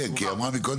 כן כי היא אמרה מקודם.